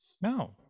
No